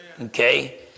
okay